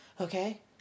Okay